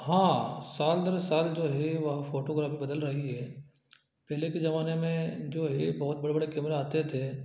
हाँ साल दर साल जो है वह फोटोग्राफी बदल रही है पहले के ज़माने जो है बहुत बड़े बड़े कैमरा आते थे